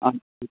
अर्को